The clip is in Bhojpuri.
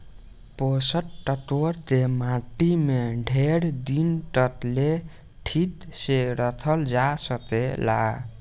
पोषक तत्व के माटी में ढेर दिन तक ले ठीक से रखल जा सकेला